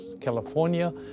California